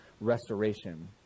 restoration